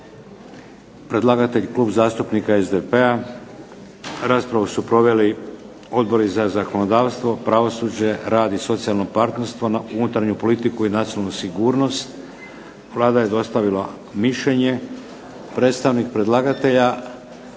Predlagatelj Klub zastupnika SDP-a. Raspravu su proveli Odbori za zakonodavstvo, pravosuđe, rad i socijalno partnerstvo, unutarnju politiku i nacionalnu sigurnost. Vlada je dostavila mišljenje. Predstavnica predlagatelja